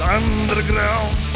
underground